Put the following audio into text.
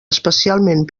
especialment